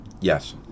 Yes